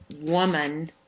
woman